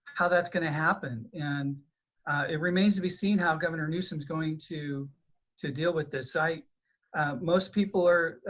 how that's gonna happen and it remains to be seen how governor newsom is going to to deal with this. i most people are,